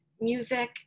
music